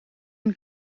een